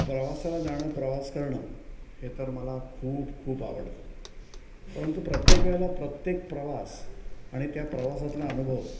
प्रवासाला जाणं प्रवास करणं हे तर मला खूप खूप आवडतं परंतु प्रत्येक वेळेला प्रत्येक प्रवास आणि त्या प्रवासातला अनुभव